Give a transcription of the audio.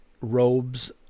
robes